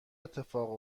اتفاق